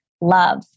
love